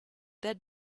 that